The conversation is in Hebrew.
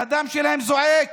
והדם שלהם זועק: